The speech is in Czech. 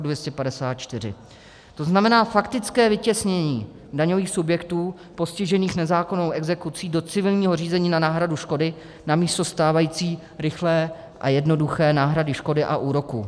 To znamená faktické vytěsnění daňových subjektů postižených nezákonnou exekucí do civilního řízení na náhradu škody namísto stávající rychlé a jednoduché náhrady škody a úroku.